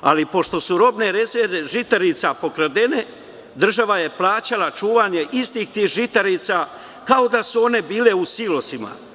ali pošto su robne rezerve žitarica pokradene, država je plaćala čuvanje istih tih žitarica kao da su bile u silosima.